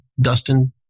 Dustin